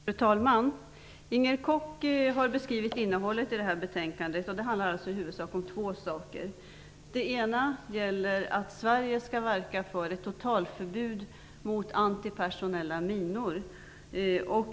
Fru talman! Inger Koch har beskrivit innehållet i betänkandet, och det handlar i stort sett om två frågor. Den ena är att Sverige skall verka för ett totalförbud mot antipersonella minor.